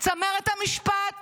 צמרת המשפט